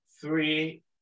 three